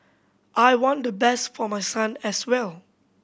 I want the best for my son as well